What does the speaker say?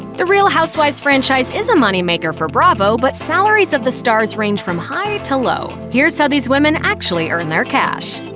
the real housewives franchise is a moneymaker for bravo, but salaries of the stars range from high to low. here's how these women actually earn their cash.